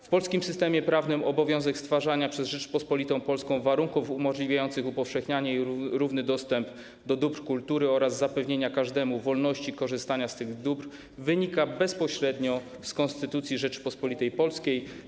W polskim systemie prawnym obowiązek stwarzania przez Rzeczpospolitą Polską warunków umożliwiających upowszechnianie i równy dostęp do dóbr kultury oraz zapewnienie każdemu wolności korzystania z tych dóbr wynika bezpośrednio z Konstytucji Rzeczypospolitej Polskiej.